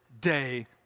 day